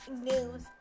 news